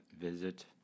visit